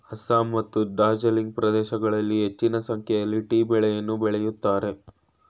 ಅಸ್ಸಾಂ ಮತ್ತು ಡಾರ್ಜಿಲಿಂಗ್ ಪ್ರದೇಶಗಳಲ್ಲಿ ಹೆಚ್ಚಿನ ಸಂಖ್ಯೆಯಲ್ಲಿ ಟೀ ಬೆಳೆಯನ್ನು ಬೆಳಿತರೆ